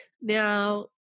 now